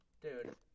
Dude